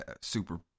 super